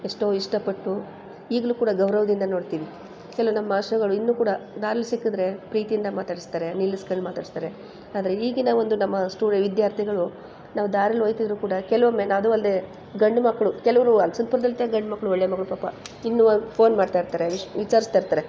ಎಷ್ಟೋ ಇಷ್ಟಪಟ್ಟು ಈಗಲೂ ಕೂಡ ಗೌರವದಿಂದ ನೋಡ್ತೀವಿ ಕೆಲವು ನಮ್ಮ ಮಾಸ್ಟ್ರುಗಳು ಇನ್ನೂ ಕೂಡ ದಾರಿಲಿ ಸಿಕ್ಕದ್ರೆ ಪ್ರೀತಿಯಿಂದ ಮಾತಾಡಿಸ್ತಾರೆ ನಿಲ್ಲಿಸ್ಕೊಂಡು ಮಾತಾಡಿಸ್ತಾರೆ ಆದರೆ ಈಗಿನ ಒಂದು ನಮ್ಮ ಸ್ಟೂಡೆ ವಿದ್ಯಾರ್ಥಿಗಳು ನಾವು ದಾರಿಲಿ ಹೋಗ್ತಿದ್ರು ಕೂಡ ಕೆಲವೊಮ್ಮೆ ನಾನು ಅದು ಅಲ್ಲದೇ ಗಂಡು ಮಕ್ಕಳು ಕೆಲವರು ಅಗಸನ್ಪುರ್ದಂಥ ಗಂಡು ಮಕ್ಕಳು ಒಳ್ಳೆಯ ಮಕ್ಕಳು ಪಾಪ ಇನ್ನುವೆ ಫೋನ್ ಮಾಡ್ತಾಯಿರ್ತಾರೆ ವಿಚಾರಿಸ್ತಾ ಇರ್ತಾರೆ